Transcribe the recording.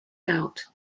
out